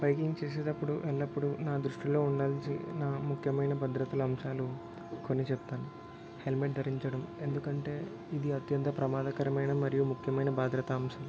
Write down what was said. biking చేసేటప్పుడు ఎల్లప్పుడూ నా దృష్టిలో ఉండాల్సి నా ముఖ్యమైన భద్రతలు అంశాలు కొన్ని చెప్తాను హెల్మెట్ ధరించడం ఎందుకంటే ఇది అత్యంత ప్రమాదకరమైన మరియు ముఖ్యమైన భద్రతా అంశం